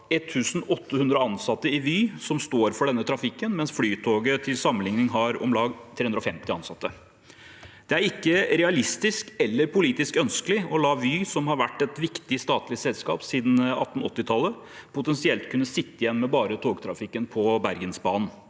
1 800 ansatte i Vy som står for denne trafikken, mens Flytoget til sammenligning har om lag 350 ansatte. Det er ikke realistisk eller politisk ønskelig å la Vy, som har vært et viktig statlig selskap siden 1880-tallet, potensielt kunne sitte igjen med bare togtrafikken på Bergensbanen.